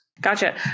Gotcha